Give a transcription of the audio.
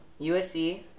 USC